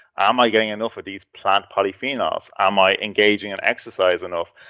am i getting enough of these plant polyphenols? am i engaging in exercise enough?